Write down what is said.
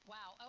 Wow